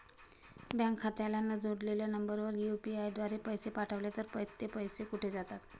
Bank खात्याला न जोडलेल्या नंबरवर यु.पी.आय द्वारे पैसे पाठवले तर ते पैसे कुठे जातात?